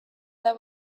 the